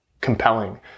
compelling